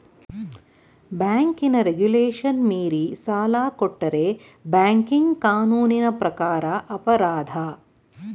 ಬ್ಯಾಂಕಿನ ರೆಗುಲೇಶನ್ ಮೀರಿ ಸಾಲ ಕೊಟ್ಟರೆ ಬ್ಯಾಂಕಿಂಗ್ ಕಾನೂನಿನ ಪ್ರಕಾರ ಅಪರಾಧ